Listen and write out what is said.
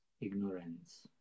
Ignorance